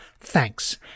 Thanks